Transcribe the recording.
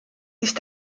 ist